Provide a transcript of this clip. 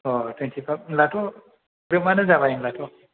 twenty five होमब्लाथ' ग्रोबआनो जाबाय होमब्लाथ'